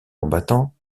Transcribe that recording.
combattants